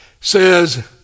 says